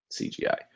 CGI